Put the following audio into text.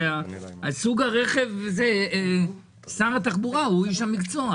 המטרה היא קודם כול להעלות את מקדם המילוי,